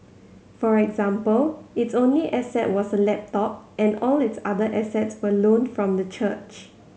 for example its only asset was a laptop and all its other assets were loaned from the church